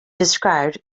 described